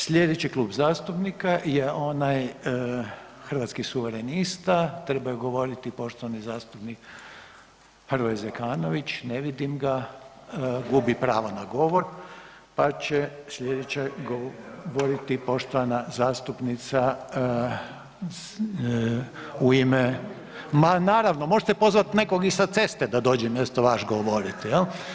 Slijedeći Klub zastupnika je onaj Hrvatskih suverenista, trebaju govoriti poštovani zastupnik Hrvoje Zekanović, ne vidim ga, gubi pravo na govor, pa će slijedeća govoriti poštovana zastupnica u ime … [[Upadica iz klupe se ne razumije]] Ma naravno, možete pozvat nekoga i sa ceste da dođe umjesto vas govoriti jel?